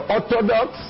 Orthodox